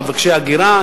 מבקשי ההגירה,